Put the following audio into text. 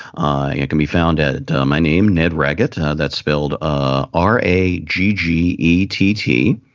it can be found out my name ned ragged that's spilled ah are a g g e t t.